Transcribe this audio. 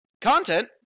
content